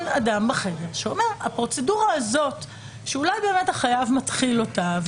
אדם שאומר שהפרוצדורה הזאת שאולי באמת החייב מתחיל אותה,